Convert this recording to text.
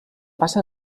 passa